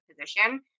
position